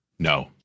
No